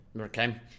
Okay